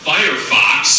Firefox